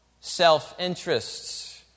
self-interests